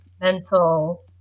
mental